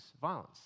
violence